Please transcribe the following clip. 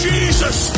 Jesus